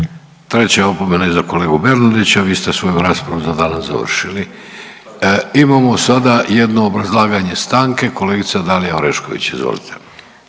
Treća opomena i za kolegu Bernardića. Vi ste svoju raspravu za danas završili. Imamo sada jedno obrazlaganje stanke, kolegica Dalija Orešković, izvolite.